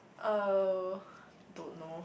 uh don't know